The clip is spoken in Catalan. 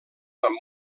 amb